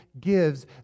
gives